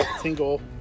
single